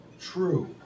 true